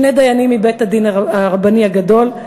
שני דיינים מבית-הדין הרבני הגדול,